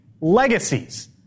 legacies